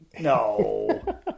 No